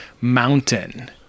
mountain